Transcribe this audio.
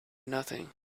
nothing